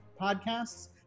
podcasts